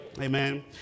Amen